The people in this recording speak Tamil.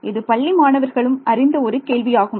இது பள்ளி மாணவர்களும் அறிந்த ஒரு கேள்வியாகும்